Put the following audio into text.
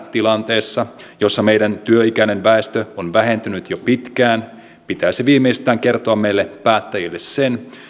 tilanteessa jossa meidän työikäinen väestömme on vähentynyt jo pitkään pitäisi viimeistään kertoa meille päättäjille sen